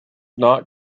not